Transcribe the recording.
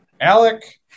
Alec